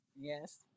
Yes